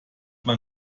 man